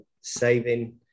saving